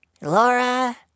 Laura